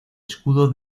escudo